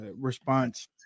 response